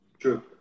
True